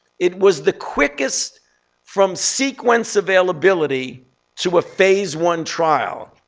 it was the quickest from sequence availability to a phase one trial.